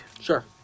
Sure